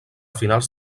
finals